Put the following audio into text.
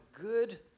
good